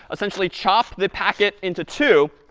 essentially chop the packet into two.